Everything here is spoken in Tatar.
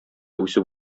үсеп